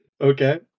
Okay